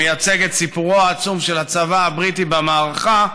מייצג את סיפורו העצום של הצבא הבריטי במערכה,